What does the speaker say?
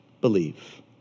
believe